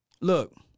Look